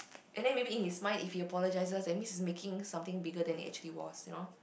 and then maybe in his mind if he apologises that means he is making something then he actually was you know